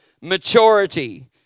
maturity